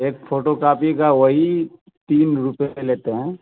ایک photo copy کا وہی تین روپے لیتے ہیں